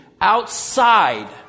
outside